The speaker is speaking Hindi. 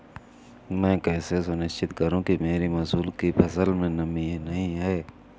मैं कैसे सुनिश्चित करूँ कि मेरी मसूर की फसल में नमी नहीं है?